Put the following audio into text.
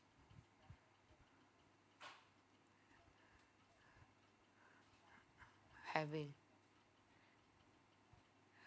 haven't